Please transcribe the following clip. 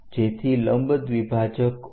જેથી લંબ દ્વિભાજક O